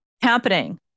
happening